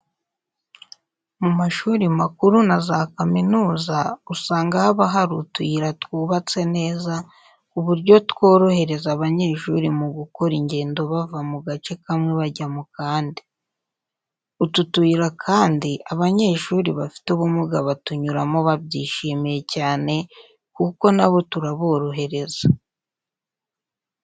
Mu mashuri makuru na za kaminuza usanga haba hari utuyira twubatse neza, ku buryo tworohereza abanyeshuri mu gukora ingendo bava mu gace kamwe bajya mu kandi. Utu tuyira kandi abanyeshuri bafite ubumuga batunyuramo babyishimiye cyane kuko na bo turaborohereza.